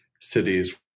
cities